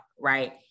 right